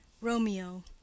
Romeo